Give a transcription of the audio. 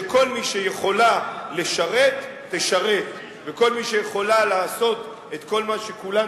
שכל מי שיכולה לשרת תשרת וכל מי שיכולה